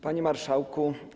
Panie Marszałku!